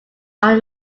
are